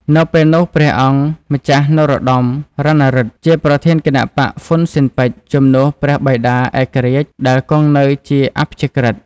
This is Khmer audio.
នៅពេលនោះព្រះអង្គម្ចាស់នរោត្តមរណឫទ្ធិ ជាប្រធានគណបក្សហ៊ុនស៊ិនប៉ិចជំនួសព្រះបិតាឯករាជ្យដែលគង់នៅជាអព្យាក្រឹត្យ។